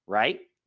right.